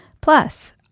Plus